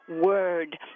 word